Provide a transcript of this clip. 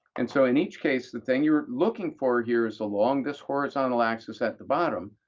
and so in each case, the thing you are looking for here is the longest horizontal axis at the bottom.